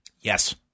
Yes